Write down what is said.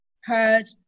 heard